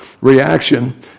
reaction